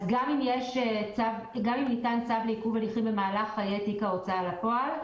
אם ניתן צו לעיכוב הליכים במהלך חיי תיק ההוצאה לפועל,